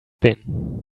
been